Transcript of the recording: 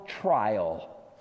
trial